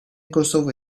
kosova